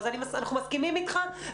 אז אנחנו מסכימים איתך,